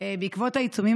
בעקבות העיצומים,